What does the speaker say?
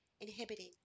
inhibiting